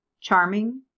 charming